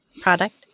product